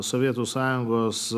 sovietų sąjungos